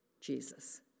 Jesus